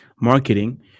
marketing